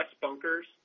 bunkers